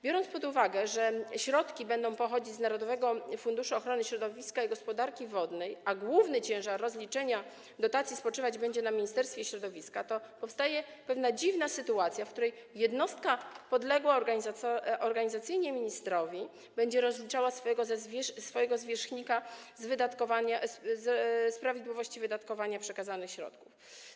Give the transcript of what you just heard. Biorąc pod uwagę to, że środki będą pochodzić z Narodowego Funduszu Ochrony Środowiska i Gospodarki Wodnej, a główny ciężar rozliczenia dotacji spoczywać będzie na Ministerstwie Środowiska, powstaje pewna dziwna sytuacja, w której jednostka podległa organizacyjnie ministrowi będzie rozliczała swojego zwierzchnika z prawidłowości wydatkowania przekazanych środków.